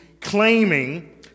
claiming